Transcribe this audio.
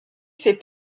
fait